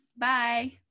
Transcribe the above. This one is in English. Bye